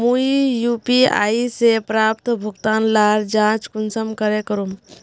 मुई यु.पी.आई से प्राप्त भुगतान लार जाँच कुंसम करे करूम?